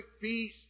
peace